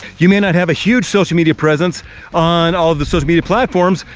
you may not have a huge social media presence on all of the social media platforms,